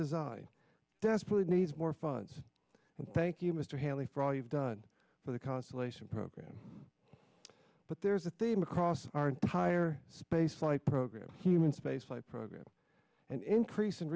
i desperately needs more funds and thank you mr hanley for all you've done for the constellation program but there's a theme across our entire spaceflight program human spaceflight program and increas